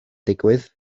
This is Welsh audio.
digwydd